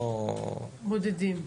בודדים?